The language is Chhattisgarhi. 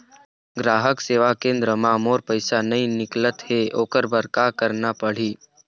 ग्राहक सेवा केंद्र म मोर पैसा नई निकलत हे, ओकर बर का करना पढ़हि?